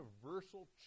universal